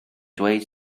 dweud